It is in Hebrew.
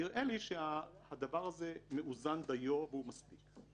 נראה לי שהדבר הזה מאוזן דיו והוא מספיק.